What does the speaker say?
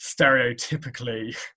stereotypically